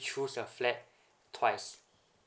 choose your flat twice